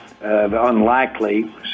unlikely